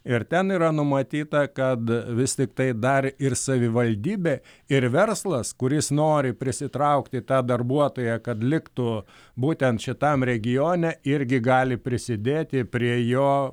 ir ten yra numatyta kad vis tiktai dar ir savivaldybė ir verslas kuris nori prisitraukti tą darbuotoją kad liktų būtent šitam regione irgi gali prisidėti prie jo